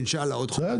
אינשאללה עוד חודש.